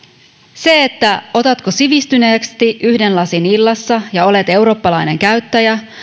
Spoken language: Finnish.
se otatko sivistyneesti yhden lasin illassa ja olet eurooppalainen käyttäjä